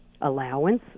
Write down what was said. Allowance